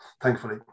thankfully